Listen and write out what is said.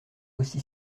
aussi